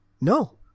No